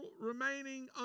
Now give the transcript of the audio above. remaining